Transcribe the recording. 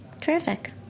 Terrific